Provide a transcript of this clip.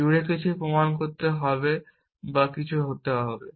জুড়ে কিছু প্রমাণ করতে হবে বা কিছু হতে হবে